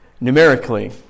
numerically